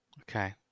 Okay